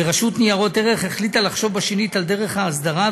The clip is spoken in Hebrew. ורשות ניירות ערך החליטה לחשוב שנית על דרך ההסדרה,